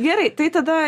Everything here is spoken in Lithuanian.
gerai tai tada ir